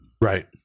Right